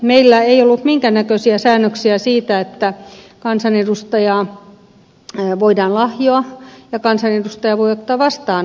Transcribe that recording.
meillä ei ollut minkään näköisiä säännöksiä siitä että kansanedustaja voidaan lahjoa ja kansanedustaja voi ottaa vastaan lahjomaa